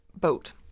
boat